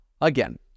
Again